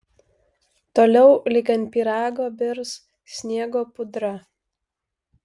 toliau lyg ant pyrago birs sniego pudra